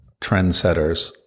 trendsetters